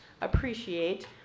appreciate